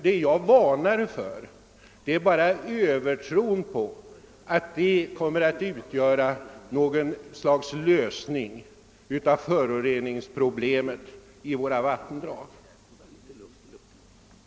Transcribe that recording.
Vad jag varnat för är en övertro på att det kommer att utgöra något slags lösning av problemet med föroreningen av våra vattendrag.